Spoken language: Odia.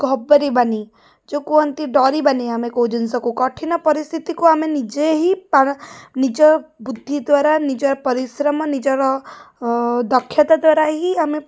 ଘବରେଇବାନି ଯେଉଁ କୁହନ୍ତି ଡରିବାନି ଆମେ କେଉଁ ଜିନିଷକୁ କଠିନ ପରିସ୍ଥିତିକୁ ଆମେ ନିଜେ ହିଁ ନିଜ ବୁଦ୍ଧି ଦ୍ୱାରା ନିଜ ପରିଶ୍ରମ ନିଜର ଦକ୍ଷତା ଦ୍ୱାରା ହିଁ ଆମେ